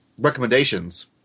recommendations